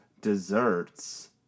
desserts